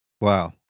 Wow